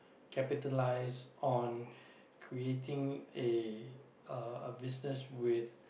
capitalise on creating a a a business with